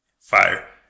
Fire